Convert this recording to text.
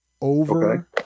Over